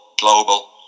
global